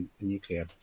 nuclear